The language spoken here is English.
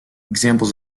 examples